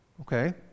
Okay